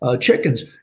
chickens